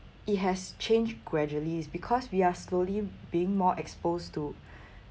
it has changed gradually is because we are slowly being more exposed to